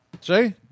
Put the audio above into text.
See